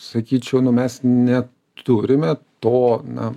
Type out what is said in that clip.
sakyčiau nu mes neturime to na